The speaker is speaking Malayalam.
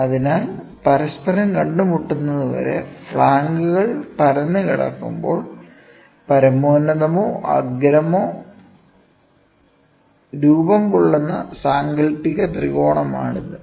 അതിനാൽ പരസ്പരം കണ്ടുമുട്ടുന്നതുവരെ ഫ്ലാങ്കുകൾ പരന്നുകിടക്കുമ്പോൾ പരമോന്നതമോ അഗ്രമോ രൂപം കൊള്ളുന്ന സാങ്കൽപ്പിക ത്രികോണമാണിത്